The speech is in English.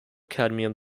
cadmium